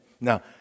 Now